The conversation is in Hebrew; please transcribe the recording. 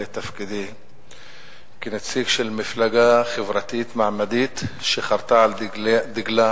את תפקידי כנציג של מפלגה חברתית מעמדית שחרתה על דגלה